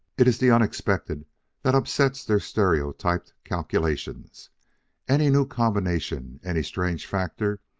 it is the unexpected that upsets their stereotyped calculations any new combination, any strange factor,